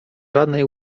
żadnej